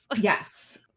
Yes